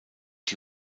die